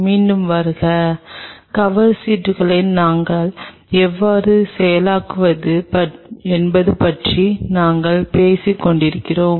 மீண்டும் வருக கவர் சீட்டுகளை நீங்கள் எவ்வாறு செயலாக்குவது என்பது பற்றி நாங்கள் பேசிக் கொண்டிருந்தோம்